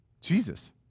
Jesus